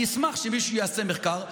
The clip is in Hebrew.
אני אשמח שמישהו יעשה מחקר,